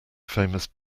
famous